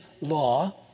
law